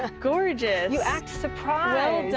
ah gorgeous. you act surprised.